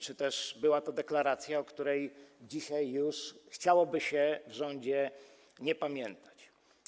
Czy też może była to deklaracja, o której dzisiaj już chciałoby się w rządzie nie pamiętać?